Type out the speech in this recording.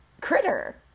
critter